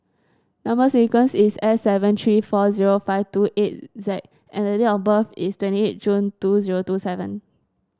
number sequence is S seven three four zero five two eight Z and the date of birth is twenty eight June two zero two seven